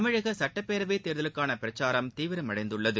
தமிழக சட்டப்பேரவைத் தேர்தலுக்கான பிரச்சாரம் தீவிரமடைந்துள்ளது